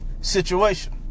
situation